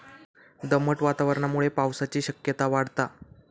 दमट वातावरणामुळे पावसाची शक्यता वाढता